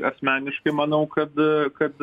asmeniškai manau kad kad